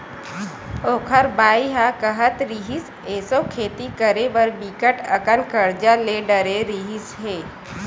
ओखर बाई ह काहत रिहिस, एसो खेती करे बर बिकट अकन करजा ले डरे रिहिस हे